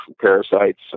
parasites